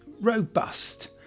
robust